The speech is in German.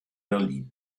berlin